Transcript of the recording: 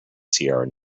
sierra